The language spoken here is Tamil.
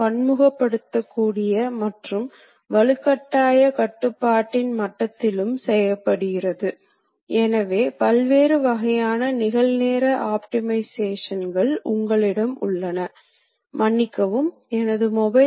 இரண்டாவதாக சிக்கலான வடிவவியலையும் பூர்த்தி செய்ய உயர் திறன்கள் தேவைப்படும் சூழ்நிலை மற்றும் நெருக்கமான டாலரன்ஸ் அளவையும் பூர்த்தி செய்ய வேண்டிய சூழ்நிலை